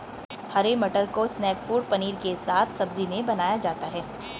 हरे मटर को snack food paneer के साथ सब्जी में बनाया जाता है